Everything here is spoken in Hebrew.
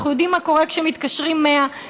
אנחנו יודעים מה קורה כשמתקשרים 100,